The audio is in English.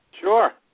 Sure